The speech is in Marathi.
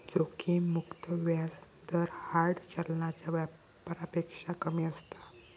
जोखिम मुक्त व्याज दर हार्ड चलनाच्या व्यापारापेक्षा कमी असता